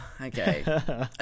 okay